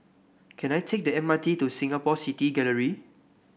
can I take the M R T to Singapore City Gallery